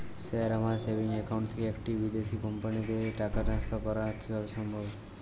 Sir আমার savings account থেকে একটি বিদেশি কোম্পানিকে টাকা ট্রান্সফার করা কীভাবে সম্ভব?